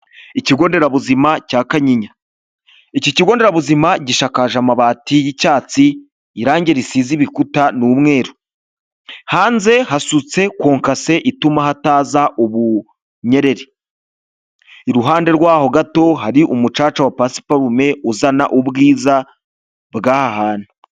Ikigo nderabuzima cya Kanyinya. Iki kigo nderabuzima gishakaje amabati y'icyatsi, irangi risize ibikuta ni umweru. Hanze hasutse konkase ituma hataza ubunyereri. Iruhande rwaho gato hari umucaca wa pasiparume uzana ubwiza bw'aha hantu.